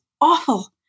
awful